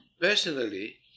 personally